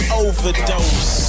overdose